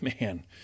man